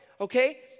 Okay